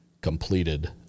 completed